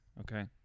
Okay